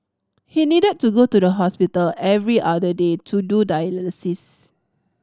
he needed to go to the hospital every other day to do dialysis